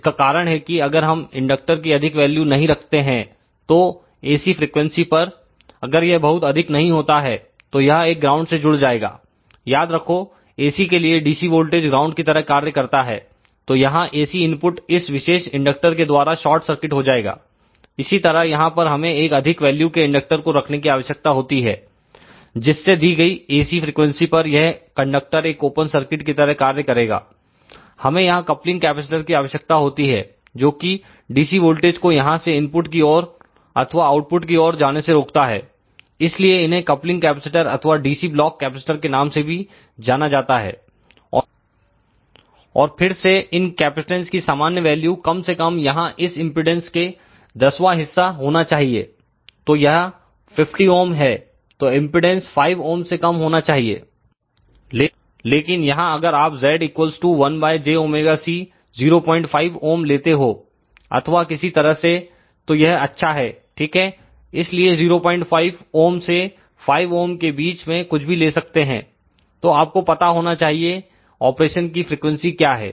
इसका कारण है कि अगर हम इंडक्टर की अधिक वैल्यू नहीं रखते हैं तो AC फ्रीक्वेंसी पर अगर यह बहुत अधिक नहीं होता है तो यह एक ग्राउंड से जुड़ जाएगा याद रखो AC के लिए DC वोल्टेज ग्राउंड की तरह कार्य करता है तो यहां AC इनपुट इस विशेष इंडक्टर के द्वारा शार्ट सर्किट हो जाएगा इसी तरह यहां पर हमें एक अधिक वैल्यू के इंडक्टर को रखने की आवश्यकता होती है जिससे दी गई AC फ्रिकवेंसी पर यह कंडक्टर एक ओपन सर्किट की तरह कार्य करेगा हमें यहां कपलिंग कैपेसिटर की आवश्यकता होती है जो किDC वोल्टेज को यहां से इनपुट की ओर अथवा आउटपुट की ओर जाने से रोकता है इसलिए इन्हें कपलिंग कैपेसिटर अथवा DC ब्लॉक कैपेसिटर के नाम से भी जाना जाता है और फिर से इन केपैसेटेंस की सामान्य वैल्यू कम से कम यहां इस इंपेडेंस के दसवां हिस्सा होना चाहिए तो यह 50 ओम है तो एमपीडांस 5 ओम से कम होना चाहिए लेकिन यहां अगर आप Z 1jωC 05 ओम लेते हो अथवा किसी तरह से तो यह अच्छा है ठीक है इसलिए 05 ओम से 5 ओम के बीच में कुछ भी ले सकते हैं तो आपको पता होना चाहिए ऑपरेशन की फ्रीक्वेंसी क्या है